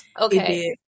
Okay